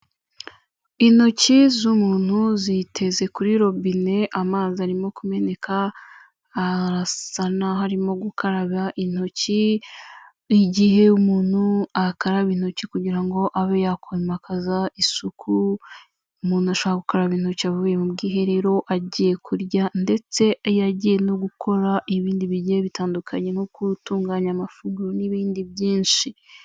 Intoki z'umuntu ziteze kuri robine, amazi arimo kumeneka, arasa naho arimo gukaraba intoki. Igihe umuntu akaraba intoki kugira ngo abe yakwimakaza isuku, umuntu ashaka gukaraba intoki avuye mu bwiherero, agiye kurya, ndetse iyo agiye no gukora ibindi bigiye bitandukanye nko gutunganya amafunguro, n'ibindi byinshi.